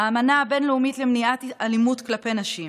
האמנה הבין-לאומית למניעת אלימות כלפי נשים.